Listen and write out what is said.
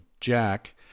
Jack